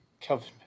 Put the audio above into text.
Kelvin